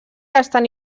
estan